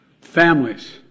Families